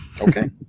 Okay